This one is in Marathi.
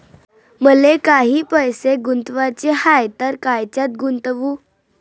मले काही पैसे गुंतवाचे हाय तर कायच्यात गुंतवू?